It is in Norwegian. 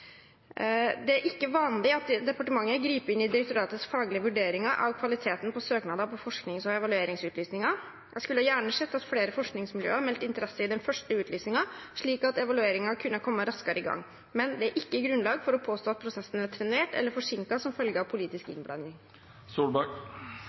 Det er ikke vanlig at departementet griper inn i direktoratets faglige vurderinger av kvaliteten på søknader på forsknings- og evalueringsutlysninger. Jeg skulle gjerne sett at flere forskningsmiljøer meldte interesse i den første utlysningen, slik at evalueringen kunne kommet raskere i gang. Men det er ikke grunnlag for å påstå at prosessen er trenert eller forsinket som følge av politisk